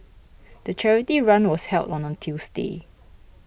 the charity run was held on a Tuesday